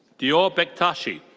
deor bektashi.